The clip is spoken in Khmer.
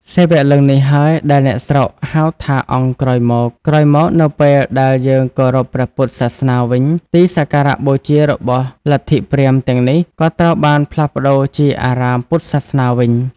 សិវលិង្គ នេះហើយដែលអ្នកស្រុកហៅថា "អង្គ" ក្រោយមកៗ នៅពេលដែលយើងគោរពព្រះពុទ្ធសាសនាវិញ ទីសក្ការៈបូជារបស់លទ្ធិព្រាហ្មណ៍ទាំងនេះក៏ត្រូវបានផ្លាស់ប្ដូរជាអារាមពុទ្ធសាសនា។